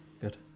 Good